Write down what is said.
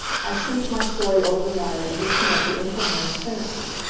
i shrieked my story over the wire in disconnected, incoherent sentences.